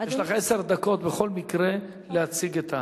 יש לך עשר דקות בכל מקרה להציג את,